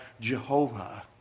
Jehovah